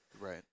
Right